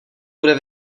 bude